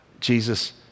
Jesus